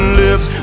lips